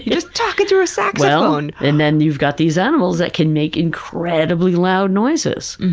just talkin' through a saxophone! and then you've got these animals that can make increeedibly loud noises.